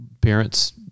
parents